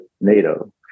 NATO